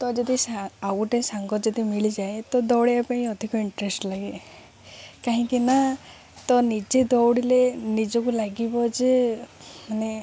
ତ ଯଦି ସ ଆଉ ଗୋଟେ ସାଙ୍ଗ ଯଦି ମିଳିଯାଏ ତ ଦୌଡ଼ିବା ପାଇଁ ଅଧିକ ଇଣ୍ଟରେଷ୍ଟ ଲାଗେ କାହିଁକି ନା ତ ନିଜେ ଦୌଡ଼ିଲେ ନିଜକୁ ଲାଗିବ ଯେ ମାନେ